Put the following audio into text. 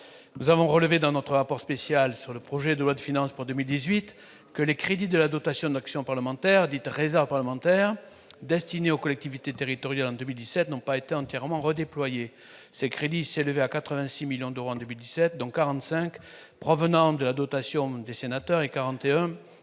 et moi-même. Dans notre rapport spécial sur le projet de loi de finances pour 2018, nous avons relevé que les crédits de la dotation d'action parlementaire, dite « réserve parlementaire », destinés aux collectivités territoriales en 2017 n'ont pas été entièrement redéployés. Ces crédits s'élevaient à 86 millions d'euros en 2017, dont 45 millions d'euros provenant de la dotation des sénateurs et 41